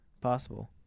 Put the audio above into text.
possible